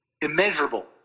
immeasurable